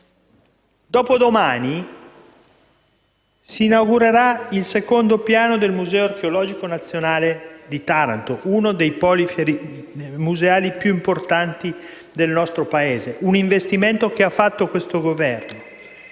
Dopodomani si inaugurerà il secondo piano del Museo archeologico di Taranto, uno dei poli museali più importanti del nostro Paese; è un investimento di questo Governo.